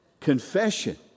Confession